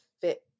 fit